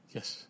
Yes